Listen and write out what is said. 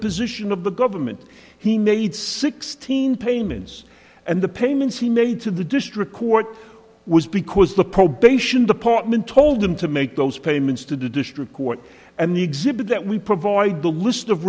position of the government he made sixteen payments and the payments he made to the district court was because the probation department told him to make those payments to the district court and the exhibit that we provide the list of